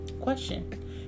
Question